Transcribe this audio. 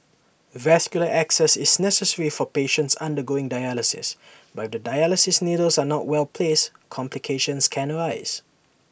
vascular access is necessary for patients undergoing dialysis but if the dialysis needles are not well placed complications can arise